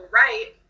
right